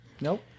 Nope